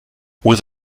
with